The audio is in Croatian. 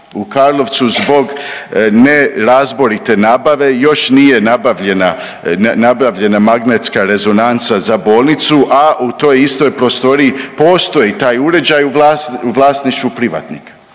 u Karlovcu zbog nerazborite nabave još nije nabavljena magnetska rezonanca za bolnicu, a u toj istoj prostoriji postoji taj uređaj u vlasništvu privatnika.